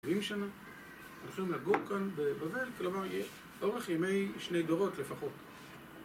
40 שנה, אנחנו נגור כאן בבבל, כלומר אורך ימי שני דורות לפחות